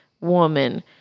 woman